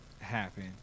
happen